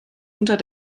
unter